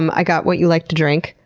um i got what you like to drink.